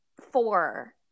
four